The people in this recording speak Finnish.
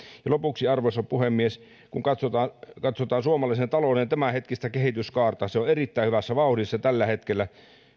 arvoisa puhemies lopuksi kun katsotaan katsotaan suomalaisen talouden tämänhetkistä kehityskaarta se on erittäin hyvässä vauhdissa tällä hetkellä